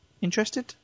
Interested